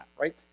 right